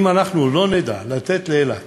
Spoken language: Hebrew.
אם אנחנו לא נדע לתת לאילת